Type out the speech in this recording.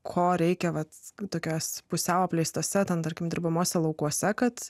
ko reikia vat tokios pusiau apleistose ten tarkim dirbamuose laukuose kad